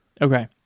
Okay